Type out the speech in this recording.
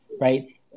right